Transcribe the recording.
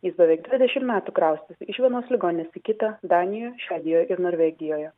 jis beveik dvidešimt metų kraustėsi iš vienos ligoninės į kitą danijoj švedijoj ir norvegijoje